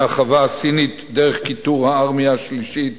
מהחווה-הסינית דרך כיתור הארמיה השלישית